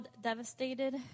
devastated